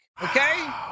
Okay